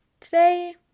Today